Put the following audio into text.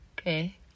okay